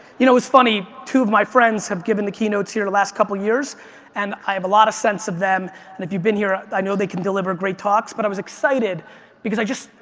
you know it's funny, two of my friends have given the keynotes here the last couple of years and i have a lot of sense of them and if you've been here, i know they can deliver great talks but i was excited because i just,